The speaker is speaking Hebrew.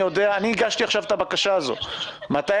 ימי עסקים.